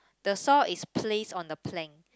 the saw is placed on the plank